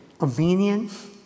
obedience